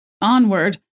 onward